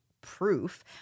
proof